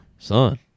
Son